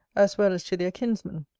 as well as to their kinsman.